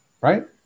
Right